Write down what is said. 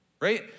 right